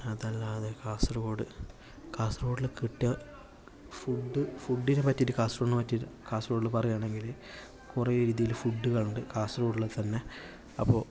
പിന്നെ അതല്ലാതെ കാസർഗോഡ് കാസർഗൊഡില്കിട്ടാൻ ഫുഡ് ഫുഡിനെ പറ്റിട്ട് കാസർഗൊഡിനെ പറ്റിയിട്ട് പറയുകയാണെങ്കിൽ കുറെ രീതിയിൽ ഫുഡുകൾ ഉണ്ട് കാസർഗോഡ് ഉള്ള തന്നെ അപ്പോൾ